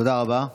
תודה רבה.